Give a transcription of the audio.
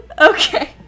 Okay